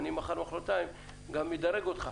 אני, מחר, מחרתיים גם אדרג אותך